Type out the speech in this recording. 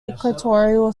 equatorial